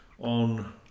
on